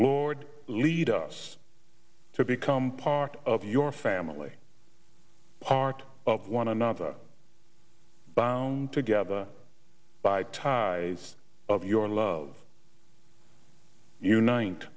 lord lead us to become part of your family part of one another bound together by ties of your love you n